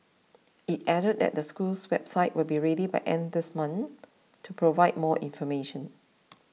it added that the school's website will be ready by end this month to provide more information